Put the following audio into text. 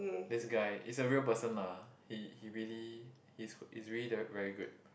this guy is a real person lah he he really he's he's really the very good